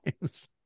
times